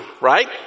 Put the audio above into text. right